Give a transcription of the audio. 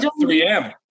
3M